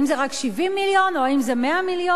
אם זה רק 70 מיליון או זה 100 מיליון.